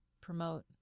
promote